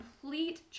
complete